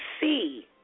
see